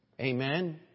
Amen